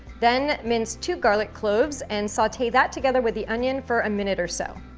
then, mince two garlic cloves and saute that together with the onion for a minute or so.